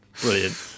brilliant